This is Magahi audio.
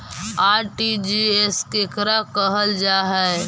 आर.टी.जी.एस केकरा कहल जा है?